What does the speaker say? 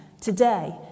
Today